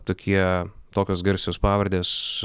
tokie tokios garsios pavardės